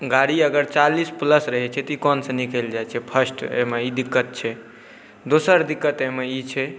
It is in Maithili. गाड़ी अगर चालीस प्लस रहै छै तऽ ई कानसँ निकलि जाइ छै फर्स्ट एहिमे ई दिक्कत छै दोसर दिक्कत ई छै